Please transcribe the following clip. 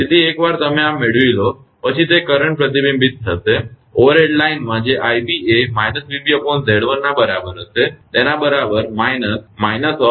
તેથી એકવાર તમે આ મેળવી લો પછી તે કરંટ પ્રતિબિંબિત થશે ઓવરહેડ લાઇનમાં જે 𝑖𝑏 એ −𝑣𝑏𝑍1 ના બરાબર હશે તેના બરાબર −−80